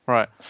Right